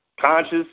conscious